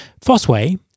Fosway